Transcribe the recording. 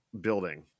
building